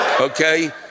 okay